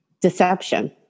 deception